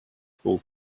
fall